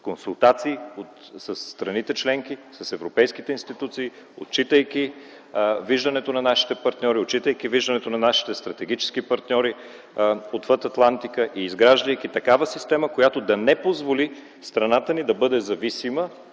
консултации със страните членки, с европейските институции, отчитайки виждането на нашите партньори, отчитайки виждането на нашите стратегически партньори отвъд Атлантика и изграждайки такава система, която да не позволи страната ни да бъде зависима